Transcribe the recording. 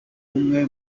umwe